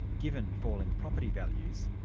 given falling property values,